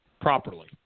properly